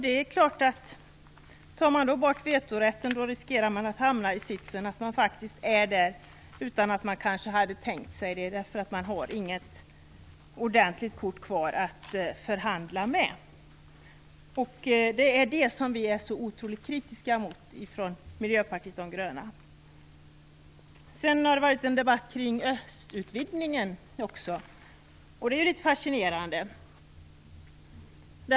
Det är klart att tar man då bort vetorätten riskerar man att hamna i den sitsen att man faktiskt är där, utan att man kanske hade tänkt sig det, därför att man inte har något ordentligt kort kvar att förhandla med. Det är det som vi är så otroligt kritiska mot i Miljöpartiet de gröna. Sedan har det varit en debatt kring östutvidgningen också. Det är litet fascinerande.